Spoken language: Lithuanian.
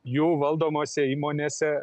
jų valdomose įmonėse